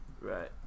Right